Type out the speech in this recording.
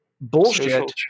bullshit